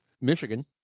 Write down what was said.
Michigan